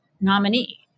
nominee